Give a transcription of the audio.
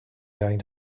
going